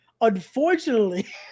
Unfortunately